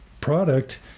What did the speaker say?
product